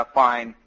fine